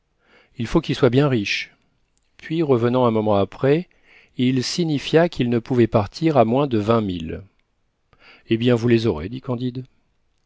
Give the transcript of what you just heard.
il faut qu'il soit bien riche puis revenant un moment après il signifia qu'il ne pouvait partir à moins de vingt mille eh bien vous les aurez dit candide